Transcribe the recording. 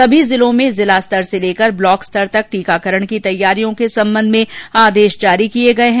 सभी जिलों में जिला स्तर से लेकर ब्लॉक स्तर तक टीकाकरण की तैयारियों के संबंध में आदेश जारी किये गये है